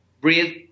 breathe